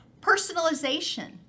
Personalization